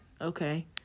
okay